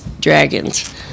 dragons